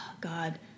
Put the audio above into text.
god